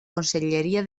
conselleria